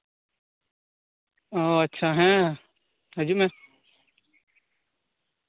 ᱚ ᱟᱪᱪᱷᱟ ᱦᱮᱸ ᱦᱟᱡᱩᱜ ᱢᱮ